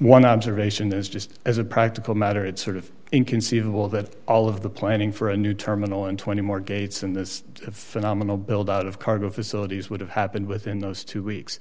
one observation there's just as a practical matter it's sort of inconceivable that all of the planning for a new terminal and twenty more gates in this phenomenal build out of cargo facilities would have happened within those two weeks